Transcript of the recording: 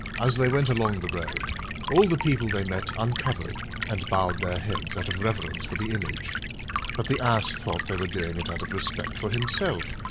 as they went along the road all the people they met uncovered and bowed their heads out of reverence for the image but the ass thought they were doing it out of respect for himself,